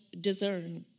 discern